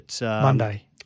Monday